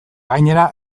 gainera